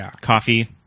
coffee